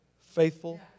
faithful